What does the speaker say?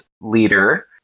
leader